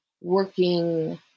working